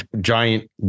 giant